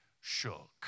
shook